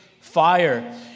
fire